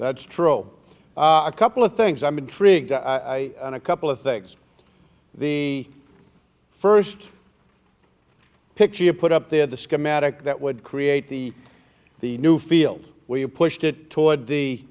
that's true oh a couple of things i'm intrigued i and a couple of things the first picture you put up there the schematic that would create the the new field where you pushed it toward the